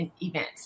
events